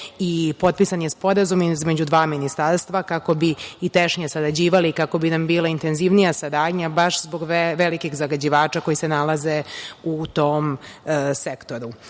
i potpisan je sporazum između dva ministarstva, kako bi i tešnje sarađivali, kako bi nam bila intenzivnija saradnja, baš zbog velikih zagađivača koji se nalaze u tom sektoru. Hvala